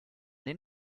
den